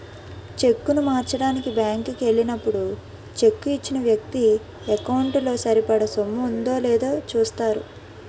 చెక్కును మార్చడానికి బ్యాంకు కి ఎల్లినప్పుడు చెక్కు ఇచ్చిన వ్యక్తి ఎకౌంటు లో సరిపడా సొమ్ము ఉందో లేదో చూస్తారు